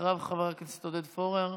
ראשון הדוברים, חבר הכנסת עודד פורר.